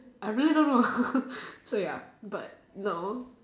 I really don't know so ya but no